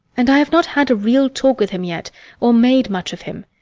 and i have not had a real talk with him yet or made much of him.